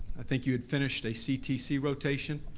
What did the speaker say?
i think you had finished a ctc rotation.